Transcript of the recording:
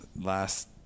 last